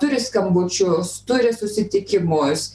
turi skambučius turi susitikimus